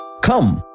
come,